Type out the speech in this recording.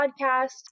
podcast